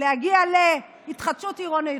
להגיע להתחדשות עירונית,